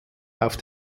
auf